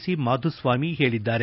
C Madhuswamy ಹೇಳಿದ್ದಾರೆ